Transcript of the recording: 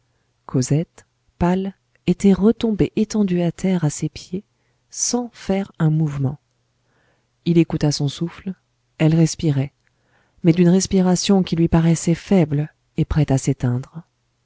cosette pâle était retombée étendue à terre à ses pieds sans faire un mouvement il écouta son souffle elle respirait mais d'une respiration qui lui paraissait faible et prête à s'éteindre